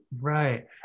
Right